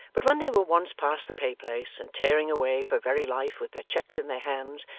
but, when they were once past the pay-place and tearing away for very life with their checks in their hands,